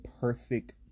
perfect